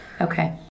Okay